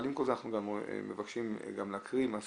אבל עם כל זה אנחנו גם מבקשים להקריא מסקנות